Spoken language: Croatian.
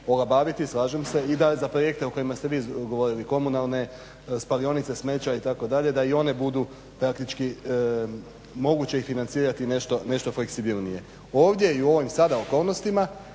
i da je za projekte o kojima ste vi govorili komunalne spalionice smeća itd. da i one budu praktički moguće ih financirati nešto fleksibilnije. Ovdje i u ovim sada okolnostima